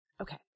okay